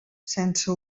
sense